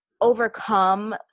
overcome